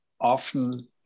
often